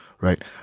right